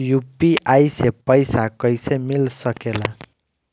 UPI से पइसा कईसे मिल सके ला?